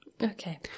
Okay